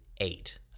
eight